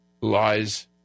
lies